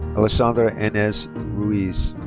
alessandra ines ruiz.